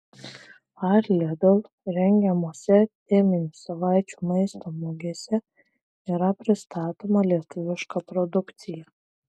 ar lidl rengiamose teminių savaičių maisto mugėse yra pristatoma lietuviška produkcija